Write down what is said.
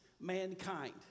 mankind